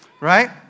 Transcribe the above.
Right